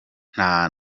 nta